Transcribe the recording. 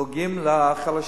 דואגים לחלשים.